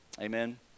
Amen